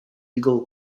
regal